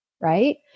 Right